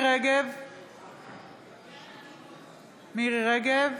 מירי מרים רגב,